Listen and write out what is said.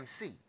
MC